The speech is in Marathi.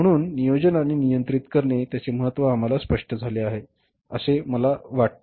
म्हणून नियोजन आणि नियंत्रित करणे त्याचे महत्त्व आम्हाला स्पष्ट झाले आहे मला आतापर्यंत वाटते